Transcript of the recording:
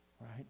right